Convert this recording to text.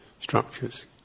structures